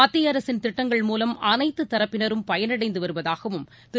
மத்திய அரசின் திட்டங்கள் மூலம் அனைத்து தரப்பினரும் பயனடைந்து வருவதாகவும் திரு